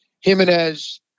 Jimenez